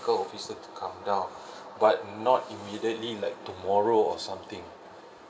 officer to come down but not immediately like tomorrow or something